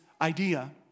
idea